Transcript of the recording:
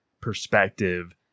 perspective